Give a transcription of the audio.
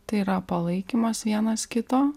tai yra palaikymas vienas kito